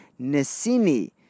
Nesini